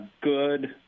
good